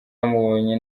bamubonye